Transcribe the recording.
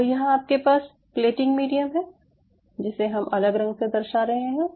तो यहाँ हमारे पास प्लेटिंग मीडियम है जिसे हम अलग रंग से दर्शा रहे हैं